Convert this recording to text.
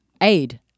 aid